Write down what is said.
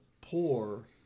poor